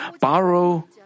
borrow